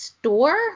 store